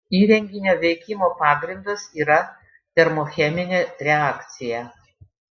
įrenginio veikimo pagrindas yra termocheminė reakcija